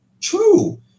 true